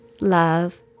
love